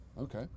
Okay